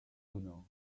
juno